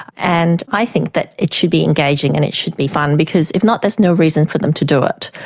and i think that it should be engaging and it should be fun because, if not, there is no reason for them to do it.